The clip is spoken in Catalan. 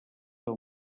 del